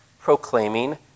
proclaiming